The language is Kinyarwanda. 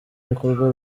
bikorwa